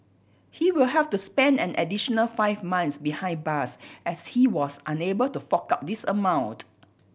he will have to spend an additional five months behind bars as he was unable to fork out this amount